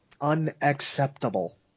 unacceptable